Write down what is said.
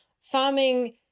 farming